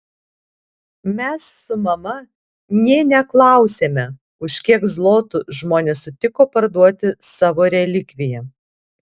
mes su mama nė neklausėme už kiek zlotų žmonės sutiko parduoti savo relikviją